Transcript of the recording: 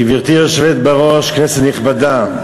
גברתי היושבת-ראש, כנסת נכבדה,